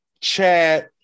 chat